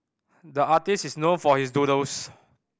the artist is known for his doodles